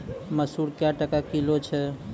मसूर क्या टका किलो छ?